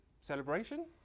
celebration